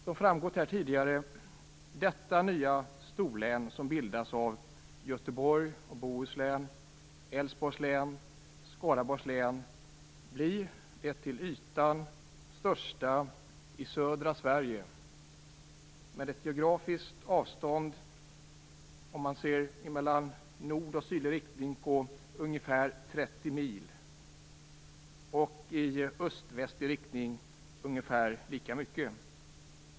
Som framgått här tidigare blir detta nya storlän som nu bildas av Göteborg och Bohuslän, Älvsborgs län och Skaraborgs län det till ytan största i södra Sverige med ett geografiskt avstånd i nordsydlig riktning på ungefär 30 mil och i östvästlig riktning på ungefär lika mycket.